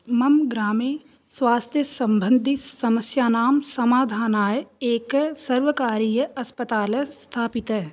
मम ग्रामे स्वास्थ्यसम्बन्धिसमस्यानां समाधानाय एकः सर्वकारीयः अस्पताल् स्थापितः